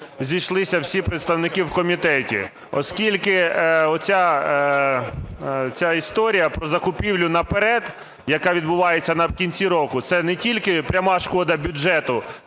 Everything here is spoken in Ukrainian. зійшлися всі представники в комітеті. Оскільки ця історія про закупівлю наперед, яка відбувається в кінці року, це не тільки пряма шкода бюджету,